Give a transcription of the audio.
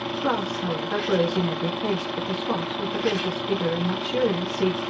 grass, however, grows in every place but the swamps with the greatest vigour and luxuriancy,